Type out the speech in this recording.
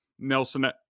Nelson